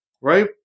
right